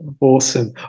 Awesome